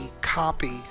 copy